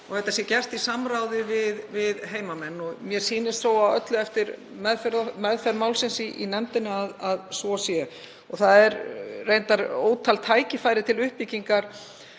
og það þarf að gera í samráði við heimamenn. Mér sýnist á öllu, eftir meðferð málsins í nefndinni, að svo sé. Það eru reyndar ótal tækifæri til uppbyggingar,